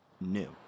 new